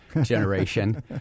generation